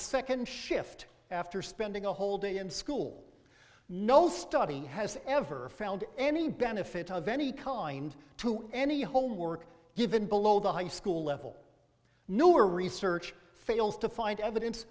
second shift after spending a whole day in school no study has ever found any benefit of any kind to any homework given below the high school level newer research fails to find evidence